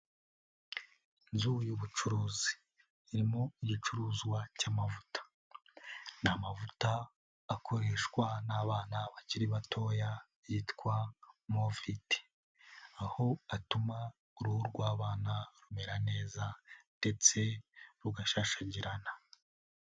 Inzu y'ubucuruzi, irimo igicuruzwa cy'amavuta, ni amavuta akoreshwa n'abana bakiri batoya yitwa Movit, aho atuma uruhu rw'abana rumera neza ndetse rugashashagirana.